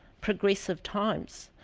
progressive times.